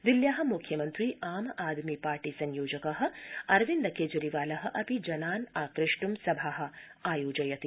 दिल्ल्या मुख्यमन्त्री आम आदमी पार्टी संयोजक अरविन्द केजरीवाल अपि जनान् आक्रष्ट् सभा आयोजयति